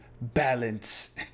balance